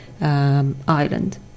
island